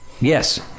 Yes